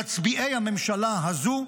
מצביעי הממשלה הזו,